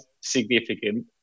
significant